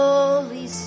Holy